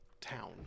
town